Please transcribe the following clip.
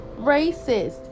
racist